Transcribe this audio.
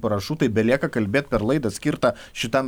parašų tai belieka kalbėt per laidą skirtą šitam